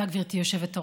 תודה, גברתי היושבת-ראש.